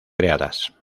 creadas